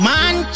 Man